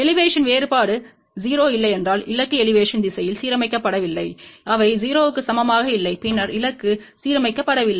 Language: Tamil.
எலிவேஷன் வேறுபாடு 0 இல்லையென்றால் இலக்கு எலிவேஷன் திசையில் சீரமைக்கப்படவில்லை அவை 0 க்கு சமமாக இல்லை பின்னர் இலக்கு சீரமைக்கப்படவில்லை